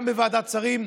גם בוועדת שרים.